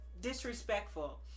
disrespectful